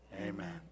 Amen